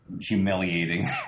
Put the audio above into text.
humiliating